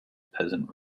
peasant